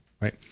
Right